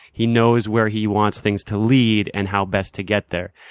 he knows where he wants things to lead and how best to get there.